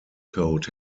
code